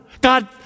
God